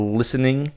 listening